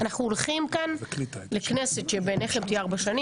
אנחנו רוצים לנהל דיון אמיתי כי אלה החיים שלנו